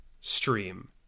stream